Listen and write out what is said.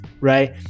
right